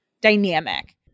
dynamic